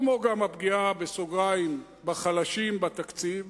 כמו גם הפגיעה, בסוגריים, בחלשים בתקציב.